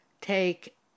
take